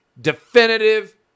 definitive